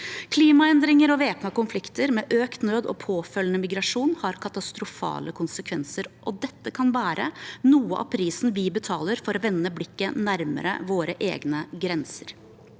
Klimaendringer og væpnede konflikter med økt nød og påfølgende migrasjon har katastrofale konsekvenser. Dette kan være noe av prisen vi betaler for å vende blikket nærmere våre egne grenser.